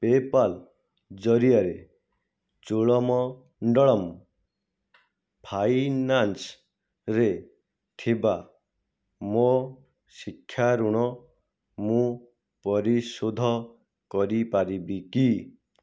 PayPal ଜରିଆରେ ଚୋଳମଣ୍ଡଳମ୍ ଫାଇନାନ୍ସରେ ଥିବା ମୋ ଶିକ୍ଷା ଋଣ ମୁଁ ପରିଶୋଧ କରିପାରିବି କି